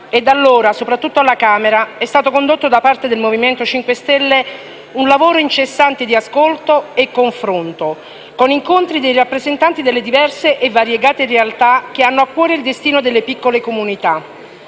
e da allora, soprattutto alla Camera, è stato condotto da parte del Movimento 5 Stelle un lavoro incessante di ascolto e confronto, con incontri dei rappresentanti delle diverse e variegate realtà che hanno a cuore il destino delle piccole comunità.